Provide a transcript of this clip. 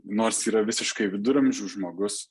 nors yra visiškai viduramžių žmogus